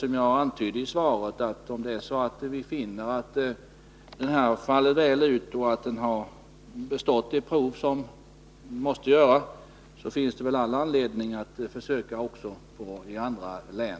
Som jag antydde i svaret finns det anledning att göra försök också i andra län, om vi finner att verksamheten har fallit väl ut och kan anses ha bestått provet.